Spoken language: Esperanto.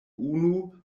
unu